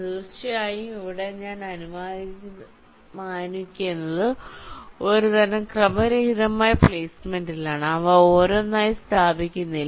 തീർച്ചയായും ഇവിടെ ഞാൻ അനുമാനിക്കുന്നത് ഒരുതരം ക്രമരഹിതമായ പ്ലെയ്സ്മെന്റിലാണ് അവ ഓരോന്നായി സ്ഥാപിക്കുന്നില്ല